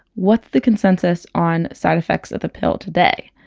what's the consensus on side effects of the pill today?